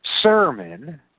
sermon